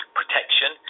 protection